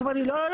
הוא אומר לי: לא,